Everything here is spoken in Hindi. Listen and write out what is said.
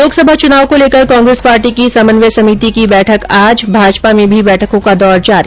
लोकसमा चुनाव को लेकर कांग्रेस पार्टी की समन्वय समिति की बैठक आज भाजपा में भी बैठकों का दौर जारी